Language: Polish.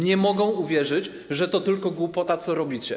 Nie mogą uwierzyć, że to tylko głupota, co robicie.